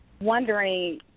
wondering